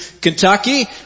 Kentucky